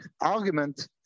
argument